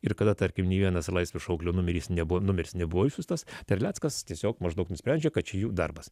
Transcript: ir kada tarkim nė vienas laisvės šauklio numeris nebuvo numeris nebuvo išsiųstas terleckas tiesiog maždaug nusprendžia kad čia jų darbas